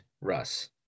Russ